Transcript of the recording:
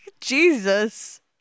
Jesus